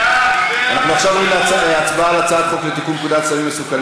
אנחנו עוברים להצבעה על הצעת חוק לתיקון פקודת הסמים המסוכנים